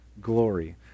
glory